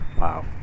Wow